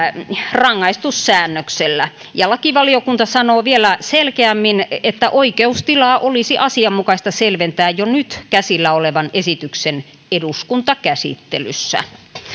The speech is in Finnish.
rangaistussäännöksellä lakivaliokunta sanoo vielä selkeämmin että oikeustilaa olisi asianmukaista selventää jo nyt käsillä olevan esityksen eduskuntakäsittelyssä